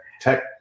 tech